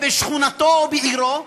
בשכונתו או בעירו,